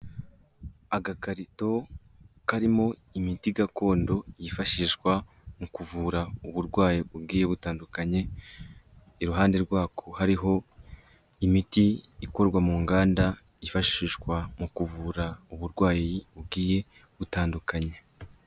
Agakarito karimo imiti gakondo yifashishwa mu kuvura uburwayi bugiye butandukanye, iruhande rwako hariho imiti ikorwa mu nganda yifashishwa mu kuvura uburwayi bugiye butandukanye.